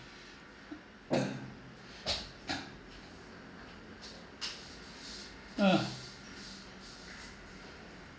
uh